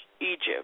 Egypt